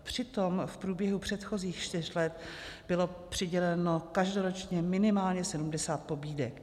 Přitom v průběhu předchozích čtyř let bylo přiděleno každoročně minimálně 70 pobídek.